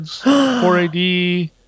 4AD